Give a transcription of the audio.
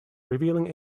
revealing